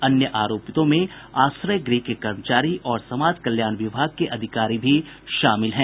अन्य आरोपितों में आश्रय गृह के कर्मचारी और समाज कल्याण विभाग के अधिकारी भी शामिल हैं